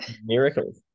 miracles